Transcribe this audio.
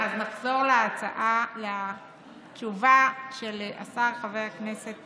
אז נחזור לתשובה של השר, חבר הכנסת